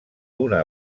una